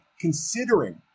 considering